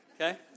Okay